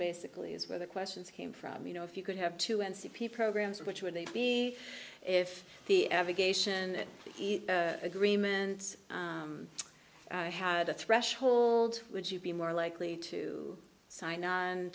basically is where the questions came from you know if you could have two n c p programs which would they be if the avocation agreements had a threshold would you be more likely to sign